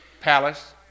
palace